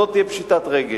זאת תהיה פשיטת רגל.